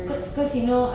mm